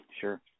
sure